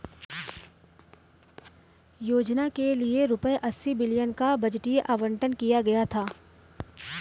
योजना के लिए रूपए अस्सी बिलियन का बजटीय आवंटन किया गया था